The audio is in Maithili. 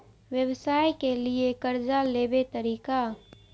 व्यवसाय के लियै कर्जा लेबे तरीका?